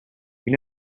you